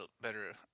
better